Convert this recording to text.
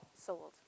sold